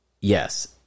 Yes